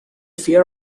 fear